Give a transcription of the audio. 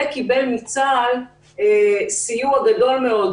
וקיבל מצה"ל סיוע גדול מאוד,